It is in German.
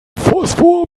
phosphor